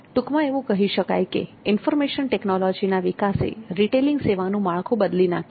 ટૂંકમાં એવું કહી શકાય કે ઇન્ફર્મેશન ટેકનોલોજીના વિકાસે રિટેઈલિંગ સેવાનું માળખું બદલી નાખ્યું છે